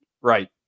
Right